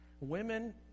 Women